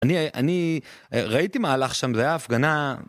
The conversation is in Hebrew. אני ראיתי מה הלך שם, זו הייתה הפגנה...